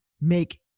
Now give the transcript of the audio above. make